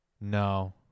No